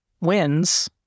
wins